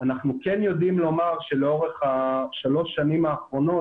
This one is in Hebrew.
אנחנו כן יודעים לומר שלאורך שלוש השנים האחרונות